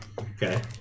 Okay